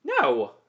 No